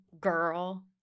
girl